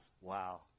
Wow